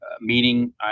meeting